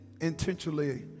intentionally